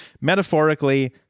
metaphorically